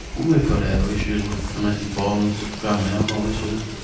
we've got our issues with domestic violence, drug and alcohol issues,